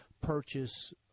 purchase